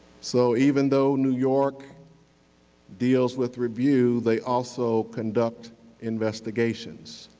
so even though new york deals with review, they also conduct investigations.